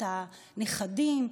את הנכדים,